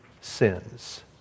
sins